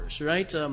right